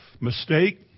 mistake